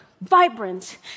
vibrant